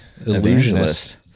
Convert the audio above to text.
illusionist